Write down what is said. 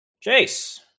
Chase